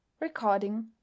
Recording